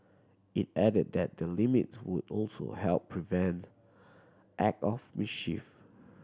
it added that the limits would also help prevent act of mischief